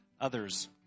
others